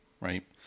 right